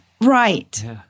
Right